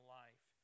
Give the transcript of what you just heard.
life